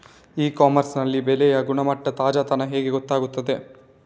E commerce ನಲ್ಲಿ ಬೆಳೆಯ ಗುಣಮಟ್ಟ, ತಾಜಾತನ ಹೇಗೆ ಗೊತ್ತಾಗುತ್ತದೆ?